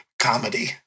comedy